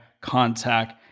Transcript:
Contact